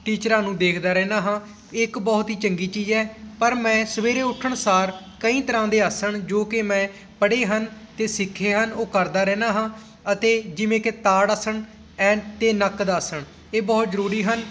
ਟੀਚਰਾਂ ਨੂੰ ਦੇਖਦਾ ਰਹਿੰਦਾ ਹਾਂ ਇਹ ਇੱਕ ਬਹੁਤ ਹੀ ਚੰਗੀ ਚੀਜ਼ ਹੈ ਪਰ ਮੈਂ ਸਵੇਰੇ ਉੱਠਣ ਸਾਰ ਕਈ ਤਰ੍ਹਾਂ ਦੇ ਆਸਣ ਜੋ ਕਿ ਮੈਂ ਪੜ੍ਹੇ ਹਨ ਅਤੇ ਸਿੱਖੇ ਹਨ ਉਹ ਕਰਦਾ ਰਹਿੰਦਾ ਹਾਂ ਅਤੇ ਜਿਵੇਂ ਕਿ ਤਾੜ ਆਸਣ ਐਨ ਅਤੇ ਨੱਕ ਦਾ ਆਸਣ ਇਹ ਬਹੁਤ ਜ਼ਰੂਰੀ ਹਨ